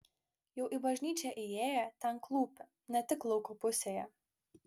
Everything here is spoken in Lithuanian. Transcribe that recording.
jau į bažnyčią įėję ten klūpi ne tik lauko pusėje